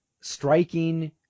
striking